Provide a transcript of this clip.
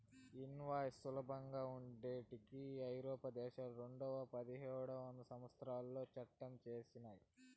invoice సులభంగా ఉండేకి ఐరోపా దేశాలు రెండువేల పదిహేడవ సంవచ్చరంలో చట్టం చేసినయ్